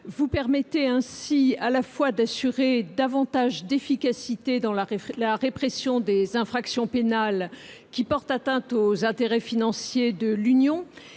vous permettez à la fois d'assurer une meilleure efficacité dans la répression des infractions pénales qui portent atteinte aux intérêts financiers de l'Union,